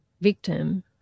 victim